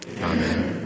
Amen